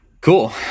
Cool